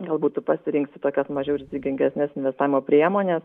galbūt tu pasirinksi tokias mažiau rizikingesnes investavimo priemones